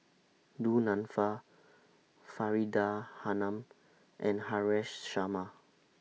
Du Nanfa Faridah Hanum and Haresh Sharma